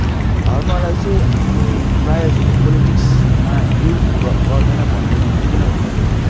धर्मलाई चाहिँ हाम्रो प्रायः जस्तो पोलेटिक्समा युज ग गर्दैन भन्दिनँ म किन भन्दाखेरि